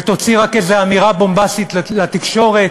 ותוציא רק איזה אמירה בומבסטית לתקשורת,